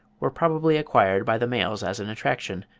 were probably acquired by the males as an attraction,